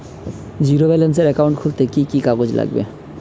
Zero ব্যালেন্সের account খুলতে কি কি কাগজ লাগবে?